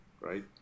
right